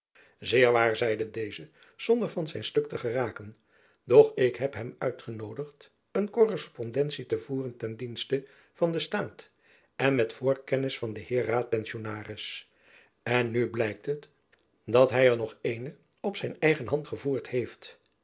zeer waar zeide deze zonder van zijn stuk te geraken doch ik heb hem uitgenoodigd een korrespondentie te voeren ten dienste van den staat en met voorkennis van den heer raadpensionaris en nu blijkt het dat hy er nog eene op zijn eigen hand gevoerd heeft